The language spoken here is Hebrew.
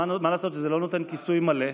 מה לעשות שזה לא נותן כיסוי מלא?